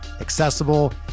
accessible